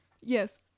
Yes